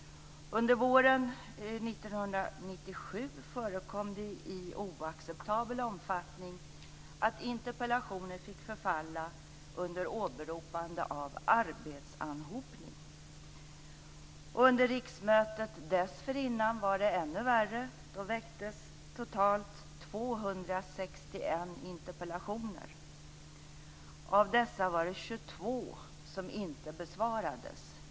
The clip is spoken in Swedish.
Under våren 1997 fick interpellationer förfalla i oacceptabel omfattning under åberopande av arbetsanhopning. Under riksmötet dessförinnan var det ännu värre. Då väcktes totalt 261 interpellationer. Av dessa blev 22 inte besvarade.